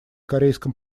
корейском